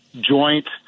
joint